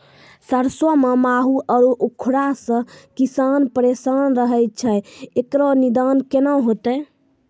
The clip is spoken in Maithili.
सरसों मे माहू आरु उखरा से किसान परेशान रहैय छैय, इकरो निदान केना होते?